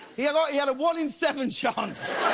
he had like he had a one in seven chance.